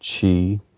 chi